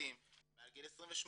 לסטודנטים מעל גיל 28,